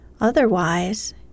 Otherwise